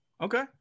Okay